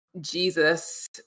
Jesus